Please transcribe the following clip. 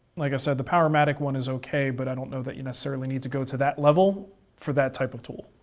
like i said the powermatic one is okay, but i don't know that you necessarily need to go to that level for that type of tool.